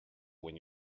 when